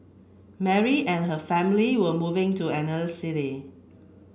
Mary and her family were moving to another city